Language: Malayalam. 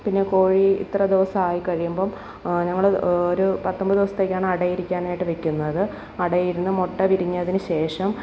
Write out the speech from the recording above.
പിന്നെ കോഴി ഇത്ര ദിവസം ആയികഴിയുമ്പം ഞങ്ങൾ ഒരു പത്തൊൻപത് ദിവസത്തേക്കാണടയിരിക്കാനായിട്ടു വെക്കുന്നത് അടയിരുന്ന് മുട്ട വിരിഞ്ഞതിനു ശേഷം